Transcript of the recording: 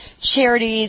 charities